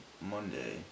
Monday